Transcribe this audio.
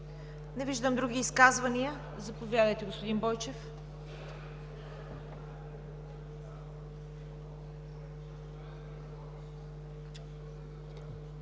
Не виждам. Други изказвания? Заповядайте, господин Бойчев.